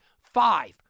five